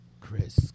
Chris